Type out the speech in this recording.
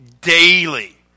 daily